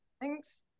Thanks